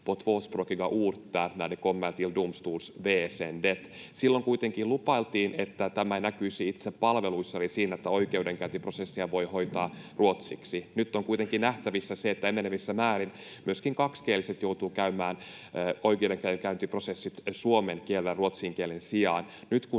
Silloin kuitenkin lupailtiin, että tämä näkyisi itse palveluissa eli siinä, että oikeudenkäyntiprosessia voi hoitaa ruotsiksi. Nyt on kuitenkin nähtävissä se, että enenevissä määrin myöskin kaksikieliset joutuvat käymään oikeudenkäyntiprosessit suomen kielellä ruotsin kielen sijaan.